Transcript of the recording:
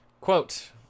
Quote